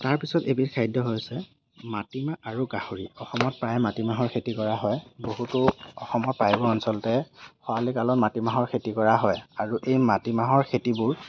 তাৰ পিছত এবিধ খাদ্য় হৈছে মাটিমাহ আৰু গাহৰি অসমত প্ৰায় মাটিমাহৰ খেতি কৰা হয় বহুতো অসমৰ প্ৰায়বোৰ অঞ্চলতে খৰালি কালত মাটিমাহৰ খেতি কৰা হয় আৰু এই মাটিমাহৰ খেতিবোৰ